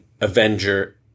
Avenger